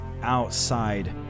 outside